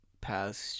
past